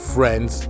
Friends